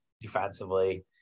defensively